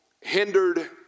hindered